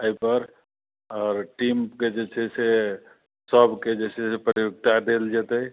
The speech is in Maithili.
एहिपर आओर टीमके जे छै से सबके जे छै से प्रतियोगिता देल जेतै